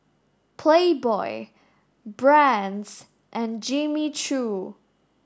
Playboy Brand's and Jimmy Choo